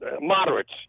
moderates